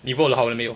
你 vote 了好了没有